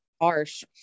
Harsh